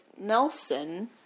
Nelson